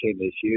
issues